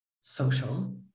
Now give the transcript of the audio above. social